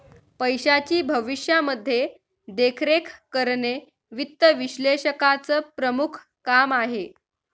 पैशाची भविष्यामध्ये देखरेख करणे वित्त विश्लेषकाचं प्रमुख काम आहे